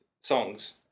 songs